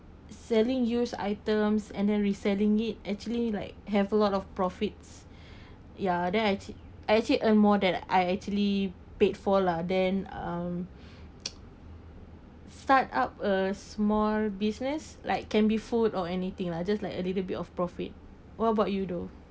selling used items and then reselling it actually like have a lot of profits ya then I I actually earn more than I actually paid for lah then um start up a small business like can be food or anything lah just like a little bit of profit what about you though